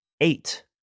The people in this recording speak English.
Eight